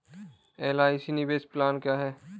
LIC निवेश plan क्या है?